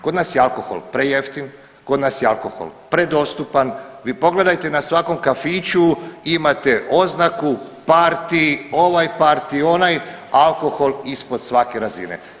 Kod nas je alkohol prejeftin, kod nas je alkohol predostupan, vi pogledajte na svakom kafiću imate oznaku parti, ovaj parti, onaj alkohol ispod svake razine.